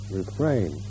refrain